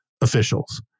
officials